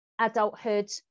adulthood